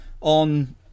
on